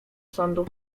sądu